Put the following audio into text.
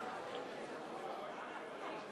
חבר הכנסת